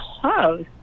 close